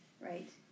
Right